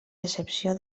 excepció